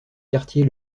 quartier